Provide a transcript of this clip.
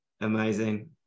Amazing